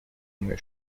мной